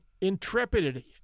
intrepidity